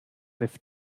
with